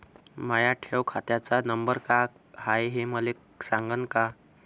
माया ठेव खात्याचा नंबर काय हाय हे मले सांगान का?